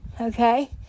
okay